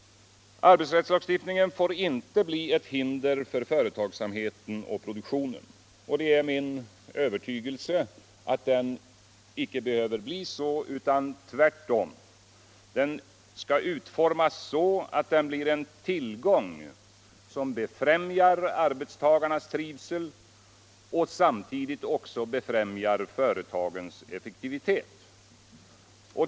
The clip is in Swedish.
Arbetsrättslagstiftningen får inte bli ett hinder för företagsamheten och produktionen. Det är min övertygelse att den icke behöver bli det. Tvärtom skall den utformas så att den blir en tillgång som befrämjar arbetstagarnas trivsel och samtidigt också befrämjar företagets effektivitet.